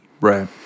Right